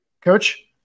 coach